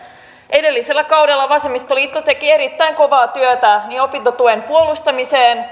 edellisellä kaudella vasemmistoliitto teki erittäin kovaa työtä niin opintotuen puolustamisessa